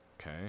Okay